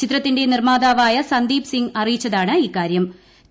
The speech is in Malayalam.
ചിത്രത്തിന്റെ നിർമ്മാതാവായ സന്ദീപ് സിംഗ് അറിയിച്ചതാണ് ഇക്കാരൃം